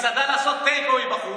למסעדה לעשות take away בחוץ,